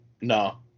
no